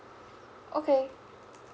okay